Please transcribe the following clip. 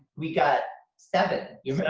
we got seven.